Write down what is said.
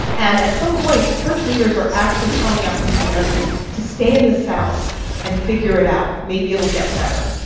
and, at some point, church leaders are actually telling african americans to stay in the south and figure it out, maybe it'll get better,